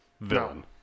villain